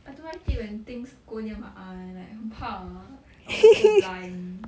I don't like it when things go near my eye like 很怕啊 I will just go blind